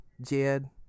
Jed